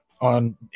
on